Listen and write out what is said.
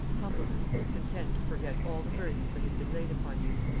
humbleness, as content to forget all the burdens that had been laid upon you,